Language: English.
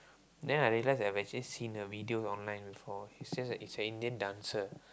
then I realise that I've actually seen her video online before is just a it's a Indian dancer